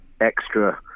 extra